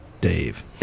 Dave